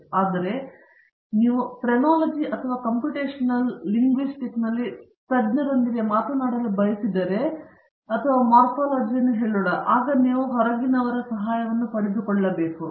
ಆದರೆ ನೀವು ಫ್ರೆನಾಲಜಿ ಅಥವಾ ಕಂಪ್ಯೂಟೇಶನಲ್ ಲಿಂಗ್ವಿಸ್ಟಿಕ್ಸ್ನಲ್ಲಿ ತಜ್ಞರೊಂದಿಗೆ ಮಾತನಾಡಲು ಬಯಸಿದರೆ ಅಥವಾ ಮಾರ್ಫಾಲಜಿಯನ್ನು ಹೇಳೋಣ ಆಗ ನೀವು ಹೊರಗಿನಿಂದ ಸಹಾಯವನ್ನು ಪಡೆದುಕೊಳ್ಳಬೇಕು